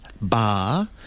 bar